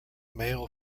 male